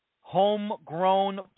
Homegrown